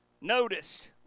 Notice